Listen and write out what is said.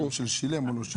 של שילם או לא שילם.